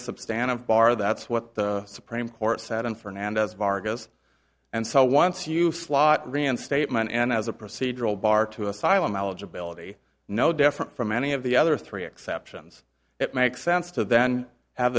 a substantial bar that's what the supreme court said in fernandez vargas and so once you slot reinstatement and as a procedural bar to asylum eligibility no different from any of the other three exceptions it makes sense to then have